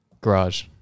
garage